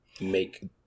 make